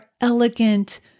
elegant